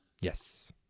yes